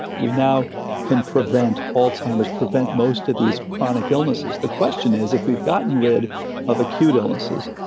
we now can prevent alzheimer's, prevent most of these chronic illnesses. the question is, if we've gotten rid of acute illnesses,